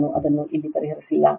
ನಾನು ಅದನ್ನು ಇಲ್ಲಿ ಪರಿಹರಿಸಿಲ್ಲ